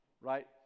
right